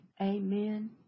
Amen